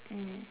mm